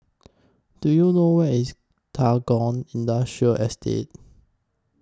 Do YOU know Where IS Tagore Industrial Estate